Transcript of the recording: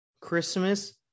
Christmas